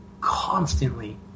constantly